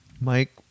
Mike